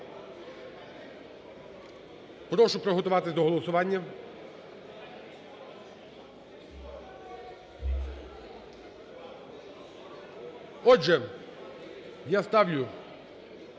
Прошу приготуватись до голосування. Отже, я ставлю